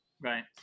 Right